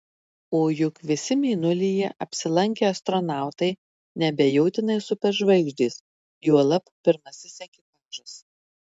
o juk visi mėnulyje apsilankę astronautai neabejotinai superžvaigždės juolab pirmasis ekipažas